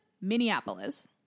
Minneapolis